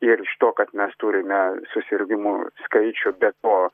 ir iš to kad mes turime susirgimų skaičių be to